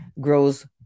grows